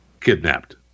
kidnapped